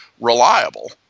Reliable